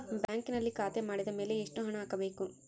ಬ್ಯಾಂಕಿನಲ್ಲಿ ಖಾತೆ ಮಾಡಿದ ಮೇಲೆ ಎಷ್ಟು ಹಣ ಹಾಕಬೇಕು?